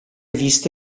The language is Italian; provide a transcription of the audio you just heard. visto